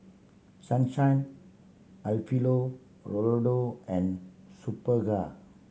Sunshine Alfio Raldo and Superga